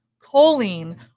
Choline